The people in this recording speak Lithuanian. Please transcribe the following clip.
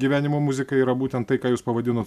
gyvenimo muzika yra būtent tai ką jūs pavadinot